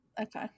Okay